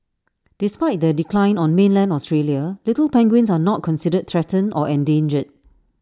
despite their decline on mainland Australia little penguins are not considered threatened or endangered